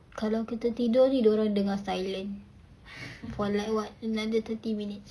kalau kita tidur nanti dia orang dengar silence for like what another thirty minutes